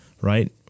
right